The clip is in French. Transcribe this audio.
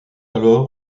alors